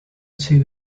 two